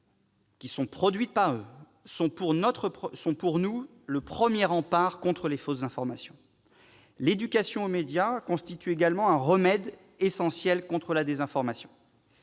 qu'ils produisent sont à nos yeux le premier rempart contre les fausses informations. L'éducation aux médias constitue également un remède essentiel contre la désinformation.